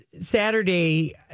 Saturday